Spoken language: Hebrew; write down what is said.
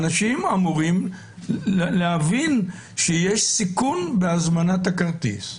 אנשים אמורים להבין שיש סיכון בהזמנת הכרטיס.